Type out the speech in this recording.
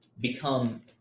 become